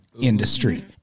industry